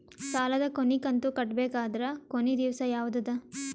ಸಾಲದ ಕೊನಿ ಕಂತು ಕಟ್ಟಬೇಕಾದರ ಕೊನಿ ದಿವಸ ಯಾವಗದ?